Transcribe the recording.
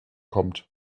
kommt